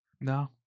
no